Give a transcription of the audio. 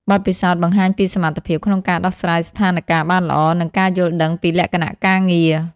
បទពិសោធន៍បង្ហាញពីសមត្ថភាពក្នុងការដោះស្រាយស្ថានការណ៍បានល្អ និងការយល់ដឹងពីលក្ខណៈការងារ។